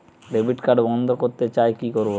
Debit card বন্ধ করতে চাই কি করব?